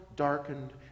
darkened